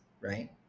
right